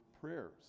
Prayers